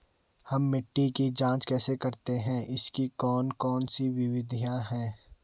हम मिट्टी की जांच कैसे करते हैं इसकी कौन कौन सी विधियाँ है?